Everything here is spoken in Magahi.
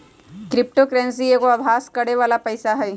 क्रिप्टो करेंसी एगो अभास करेके बला पइसा हइ